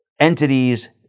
entities